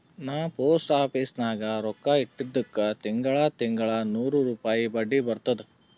ನಾ post office ನಾಗ್ ರೊಕ್ಕಾ ಇಟ್ಟಿದುಕ್ ತಿಂಗಳಾ ತಿಂಗಳಾ ನೂರ್ ರುಪಾಯಿ ಬಡ್ಡಿ ಬರ್ತುದ್